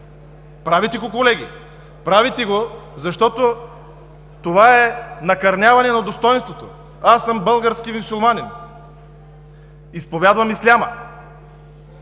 Правите го колеги, правите го! Това е накърняване на достойнството. Аз съм български мюсюлманин, изповядвам исляма!